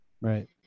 right